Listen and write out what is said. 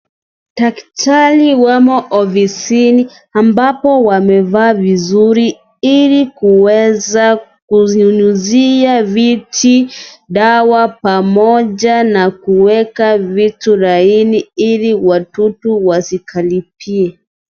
Daktari wamo ofisini ambapo wamevaa vizuri, ili kuweza kunyunyuzia viti dawa pamoja na kuweka vitu laini ili wadudu wasikaribie.